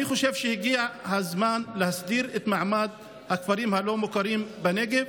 אני חושב שהגיע הזמן להסדיר את מעמד הכפרים הלא-מוכרים בנגב,